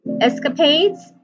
escapades